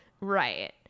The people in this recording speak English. Right